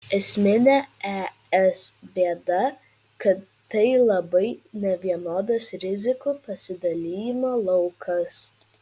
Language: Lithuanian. esminė es bėda kad tai labai nevienodas rizikų pasidalijimo laukas